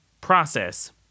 process